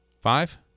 five